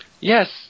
Yes